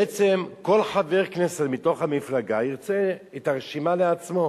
בעצם כל חבר כנסת מתוך המפלגה ירצה את הרשימה לעצמו.